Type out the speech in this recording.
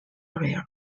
area